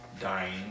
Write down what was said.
dying